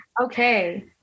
Okay